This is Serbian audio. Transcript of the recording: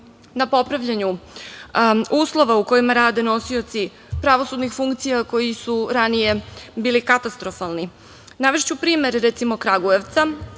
na popravljanju uslova u kojima rade nosioci pravosudnih funkcija koji su ranije bili katastrofalni. Navešću primer, recimo, Kragujevca